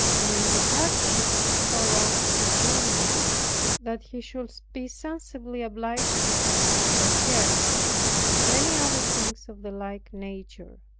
and in the hardships of so long a journey that he should be sensibly obliged to him for his care with many other things of the like nature.